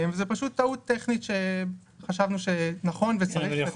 זאת פשוט טעות טכנית שחשבנו שנכון וצריך לתקן.